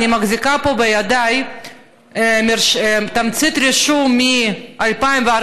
אני מחזיקה פה בידיי תמצית רישום מ-2014,